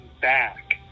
back